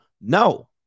No